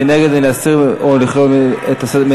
מי נגד, להסיר או לכלול בסדר-היום.